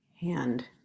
hand